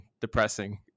depressing